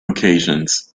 occasions